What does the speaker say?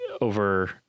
over